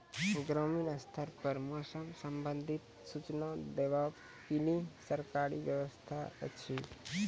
ग्रामीण स्तर पर मौसम संबंधित सूचना देवाक कुनू सरकारी व्यवस्था ऐछि?